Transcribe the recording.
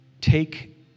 Take